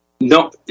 No